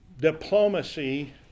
diplomacy